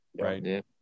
Right